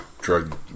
drug